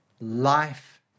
Life